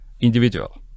individual